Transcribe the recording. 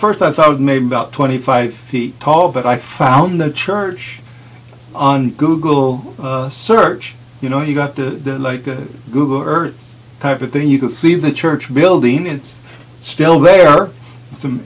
first i thought maybe about twenty five feet tall i found the church on google search you know you got to like a google earth type of thing you could see the church building it's still there some